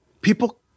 people